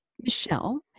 Michelle